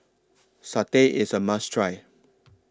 Satay IS A must Try